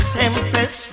tempest